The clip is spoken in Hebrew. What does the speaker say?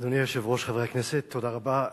אדוני היושב-ראש, חברי הכנסת, תודה רבה.